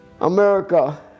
America